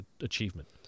achievement